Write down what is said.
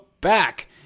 back